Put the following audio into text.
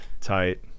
Tight